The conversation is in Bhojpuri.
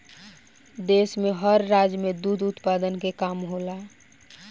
देश में हर राज्य में दुध उत्पादन के काम होला